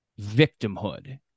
victimhood